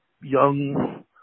young